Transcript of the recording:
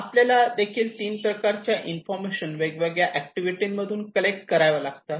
आपल्याला देखील तीन प्रकारच्या इन्फॉर्मेशन वेगवेगळ्या ऍक्टिव्हिटी मधून कलेक्ट कराव्या लागतात